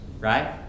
right